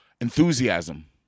enthusiasm